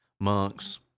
Monk's